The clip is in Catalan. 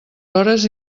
hores